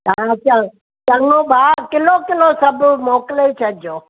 हां च चङो भाउ किलो किलो सभु मोकिले छॾिजो